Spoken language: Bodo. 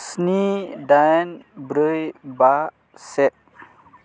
स्नि दाइन ब्रै बा से